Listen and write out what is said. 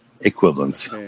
equivalence